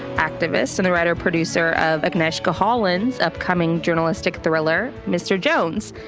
activist, and the writer, producer of agnieszka hollands, upcoming journalistic thriller, mr. jones.